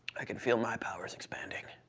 i can feel my powers expanding.